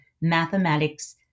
mathematics